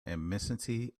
immensity